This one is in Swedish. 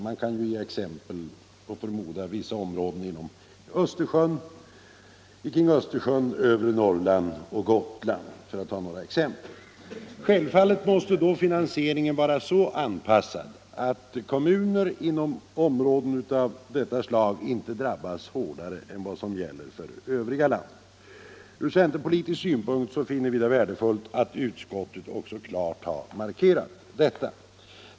Jag förmodar att som exempel kan anföras vissa områden längs Östersjön, i övre Norrland och på Gotland. Självfallet måste finansieringen vara så anpassad att kommuner inom områden av detta slag inte drabbas hårdare än övriga delar av landet. Ur centerpolitisk synpunkt finner vi det värdefullt att utskottet också klart markerat detta.